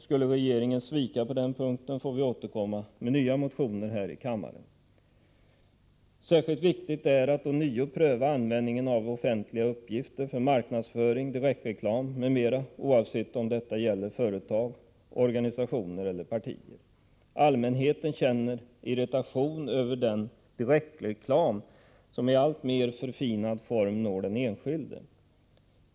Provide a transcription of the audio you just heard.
Skulle regeringen svika på den punkten, får vi återkomma med nya motioner. Särskilt viktigt är det att ånyo pröva användningen av offentliga uppgifter för marknadsföring, direktreklam m.m., oavsett om det gäller företag, organisationer eller partier. Allmänheten känner irritation över den direktreklam som i alltmer förfinad form når den enskilde.